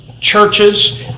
churches